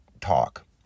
talk